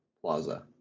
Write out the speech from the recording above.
plaza